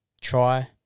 Try